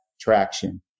traction